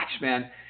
man